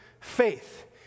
faith